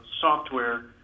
software